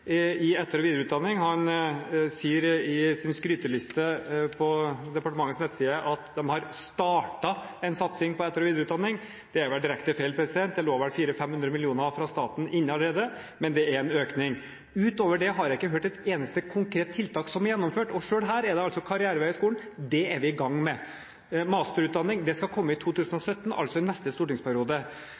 i etter- og videreutdanning. Han sier i sin skryteliste på departementets nettside at de har startet en satsing på etter- og videreutdanning. Det er vel direkte feil, det lå vel 400–500 mill. kr fra staten inne allerede – men det er en økning. Utover det har jeg ikke hørt om et eneste konkret tiltak som er gjennomført – selv her er det altså karrierevei i skolen, og det er vi i gang med. Masterutdanning skal komme i 2017, altså i neste stortingsperiode.